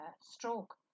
stroke